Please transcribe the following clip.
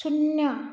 ଶୂନ